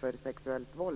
arbetet fortsatte.